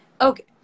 Okay